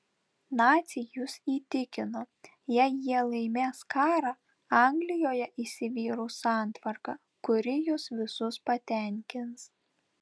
naciai jus įtikino jei jie laimės karą anglijoje įsivyraus santvarka kuri jus visus patenkins